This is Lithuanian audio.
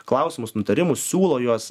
klausimus nutarimus siūlo juos